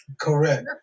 Correct